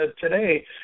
today